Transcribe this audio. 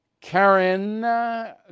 Karen